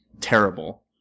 terrible